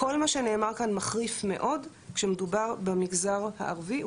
כל מה שנאמר כאן מחריף מאוד כשמדובר במגזר הערבי,